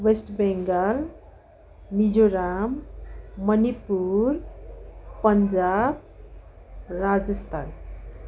West Bengal Mizoram Manipur Punjab Rajasthan